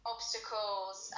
obstacles